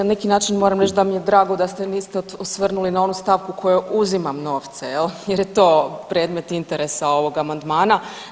Na neki način moram reći da mi je drago da se niste osvrnuli na onu stavku kojoj uzimam novce jel, jer je to predmet interesa ovog amandmana.